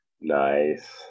Nice